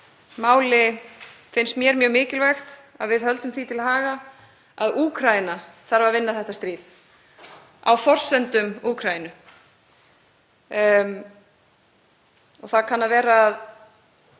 máli finnst mér mjög mikilvægt að við höldum því til haga að Úkraína þarf að vinna þetta stríð á forsendum Úkraínu. Ég veit